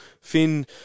Finn